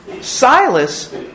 Silas